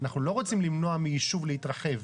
אנחנו לא רוצים למנוע מיישוב להתרחב.